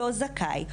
לא זכאי,